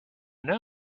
know